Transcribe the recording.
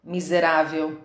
Miserável